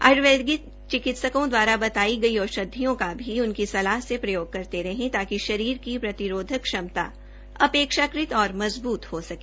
आय्र्वेदिक चिकित्सकों दवारा बताई गई औषधियों का भी उनकी सलाह से प्रयोग करते रहें ताकि शरीर की प्रतिरोधक क्षमता अपेक्षाकृत और मजबूत हो सके